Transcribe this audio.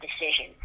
decision